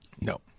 No